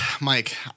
Mike